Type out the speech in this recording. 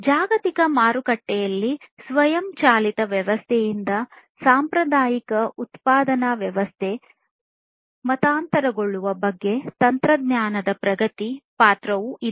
ಜಾಗತಿಕ ಮಾರುಕಟ್ಟೆಯಲ್ಲಿ ಸ್ವಯಂಚಾಲಿತ ವ್ಯವಸ್ಥೆಯಿಂದ ಸಾಂಪ್ರದಾಯಿಕ ಉತ್ಪಾದನಾ ವ್ಯವಸ್ಥೆ ಮತಾಂತರಗೊಳ್ಳುವ ಬಗ್ಗೆ ತಂತ್ರಜ್ಞಾನದ ಪ್ರಗತಿಯ ಪಾತ್ರವು ಇದೆ